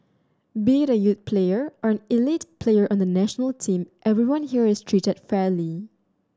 be it a youth player or an elite player on the national team everyone here is treated fairly